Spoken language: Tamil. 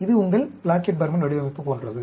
இது உங்கள் பிளாக்கெட் பர்மன் வடிவமைப்பு போன்றது